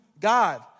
God